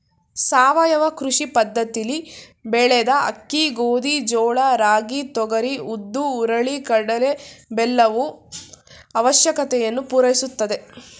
ಸಾವಯವ ಕೃಷಿ ಪದ್ದತಿಲಿ ಬೆಳೆದ ಅಕ್ಕಿ ಗೋಧಿ ಜೋಳ ರಾಗಿ ತೊಗರಿ ಉದ್ದು ಹುರುಳಿ ಕಡಲೆ ಬೆಲ್ಲವು ಅವಶ್ಯಕತೆಯನ್ನು ಪೂರೈಸುತ್ತದೆ